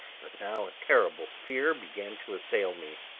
but now a terrible fear began to assail me.